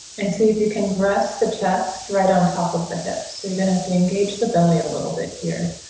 and see if you can press the chest right on top of the hipster. gonna to engage the belly a little bit here.